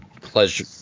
pleasure